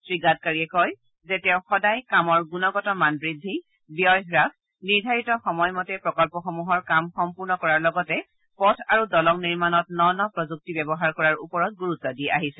শ্ৰীগাডকাৰীয়ে কয় যে তেওঁ সদায় কামৰ গুণগত মান বৃদ্ধি ব্যয় হ্ৰাস নিৰ্ধাৰিত সময়মতে প্ৰকল্পসমূহৰ কাম সম্পূৰ্ণ কৰাৰ লগতে পথ আৰু দলং নিৰ্মাণত ন ন প্ৰযুক্তি ব্যৱহাৰ কৰাৰ ওপৰত গুৰুত্ব দিব আহিছে